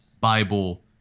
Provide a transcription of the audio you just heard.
Bible